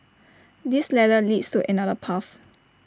this ladder leads to another path